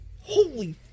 Holy